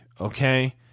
okay